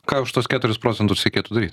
ką už tuos keturis procentus reikėtų daryt